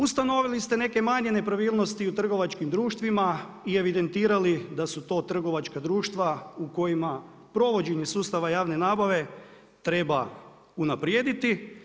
Ustanovili ste neke manje nepravilnosti u trgovačkim društvima i evidentirali da su to trgovačka društva u kojima provođenje sustava javne nabave treba unaprijediti.